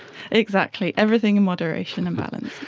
exactly, everything in moderation and balance.